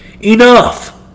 Enough